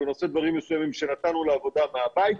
בנושא דברים מסוימים שנתנו לעבודה מהבית,